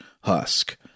husk